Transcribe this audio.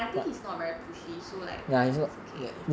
I think he's not very pushy so like it's okay